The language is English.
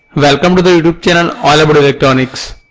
welcome to the youtube channel all about electronics.